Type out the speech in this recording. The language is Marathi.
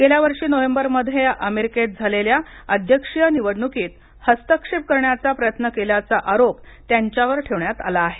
गेल्या वर्षी नोव्हेंबरमध्ये अमेरिकेत झालेल्या अध्यक्षीय निवडणुकीत हस्तक्षेप करण्याचा प्रयत्न केल्याचा आरोप त्यांच्यावर ठेवण्यात आला आहे